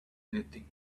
anything